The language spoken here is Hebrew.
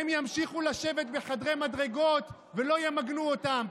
הם ימשיכו לשבת בחדרי מדרגות ולא ימגנו אותם.